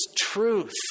truth